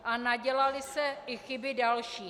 A nadělaly se i chyby další.